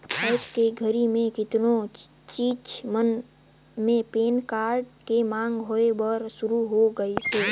आयज के घरी मे केतनो चीच मन मे पेन कारड के मांग होय बर सुरू हो गइसे